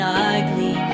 ugly